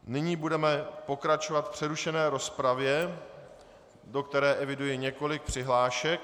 Nyní budeme pokračovat v přerušené rozpravě, do které eviduji několik přihlášek.